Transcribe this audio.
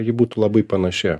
ji būtų labai panaši